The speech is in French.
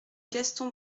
gaston